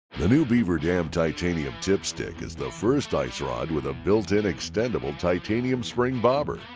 the new beaver dam titanium tipstick is the first ice rod with a built-in extendable titanium spring bobber.